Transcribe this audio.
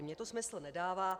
Mně to smysl nedává.